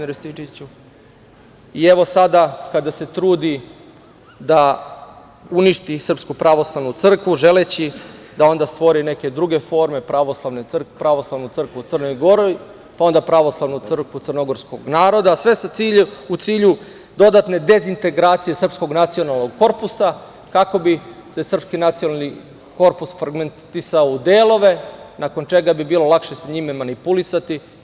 Evo, sada, kada se trudi da uništi SPC želeći da onda stvori neke druge forme pravoslavnu crkvu u Crnoj Gori, pa onda pravoslavnu crkvu crnogorskog naroda sve u cilju dodatne dezintegracije srpskog nacionalnog korpusa kako bi se srpski nacionalni korpus fergmentisao u delove nakon čega bi bilo lakše sa njime manipulisati.